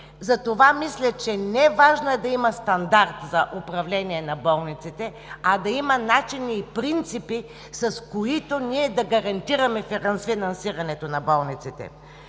Затова мисля, че не е важно да има стандарт за управление на болниците, а да има начини и принципи, с които да гарантираме финансирането на болниците.